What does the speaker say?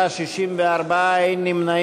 של קבוצת סיעת יש עתיד, קבוצת סיעת המחנה